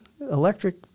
electric